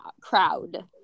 crowd